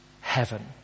Heaven